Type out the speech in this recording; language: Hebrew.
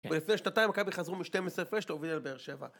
ולפני שנתיים מכבי חזרו משתים עשרה הפרש להוביל על באר שבע.